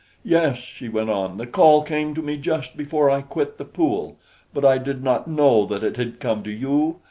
yes, she went on, the call came to me just before i quit the pool but i did not know that it had come to you.